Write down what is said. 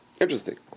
Interesting